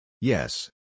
Yes